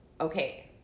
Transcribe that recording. Okay